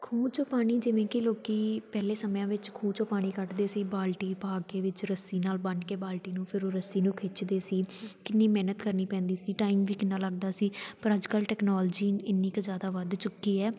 ਖੂਹ 'ਚੋਂ ਪਾਣੀ ਜਿਵੇਂ ਕਿ ਲੋਕ ਪਹਿਲੇ ਸਮਿਆਂ ਵਿੱਚ ਖੂਹ 'ਚੋਂ ਪਾਣੀ ਕੱਢਦੇ ਸੀ ਬਾਲਟੀ ਪਾ ਕੇ ਵਿੱਚ ਰੱਸੀ ਨਾਲ਼ ਬੰਨ੍ਹ ਕੇ ਬਾਲਟੀ ਨੂੰ ਫਿਰ ਉਹ ਰੱਸੀ ਨੂੰ ਖਿੱਚਦੇ ਸੀ ਕਿੰਨੀ ਮਿਹਨਤ ਕਰਨੀ ਪੈਂਦੀ ਸੀ ਟਾਈਮ ਵੀ ਕਿੰਨਾਂ ਲੱਗਦਾ ਸੀ ਪਰ ਅੱਜ ਕੱਲ੍ਹ ਟੈਕਨੋਲਜੀ ਇੰਨੀ ਕੁ ਜ਼ਿਆਦਾ ਵੱਧ ਚੁੱਕੀ ਹੈ